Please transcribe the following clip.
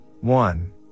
one